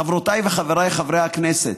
חברותיי וחבריי חברי הכנסת.